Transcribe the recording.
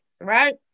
right